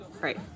Right